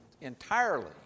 entirely